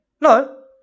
No